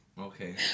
okay